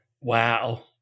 wow